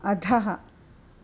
अधः